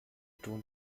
tun